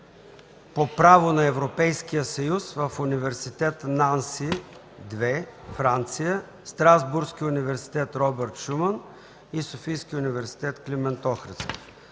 по право на Европейския съюз в Университет „Нанси-2”, Франция, Страсбургския университет „Робърт Шуман” и Софийския университет „Климент Охридски”.